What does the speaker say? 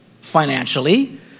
financially